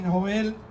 Joel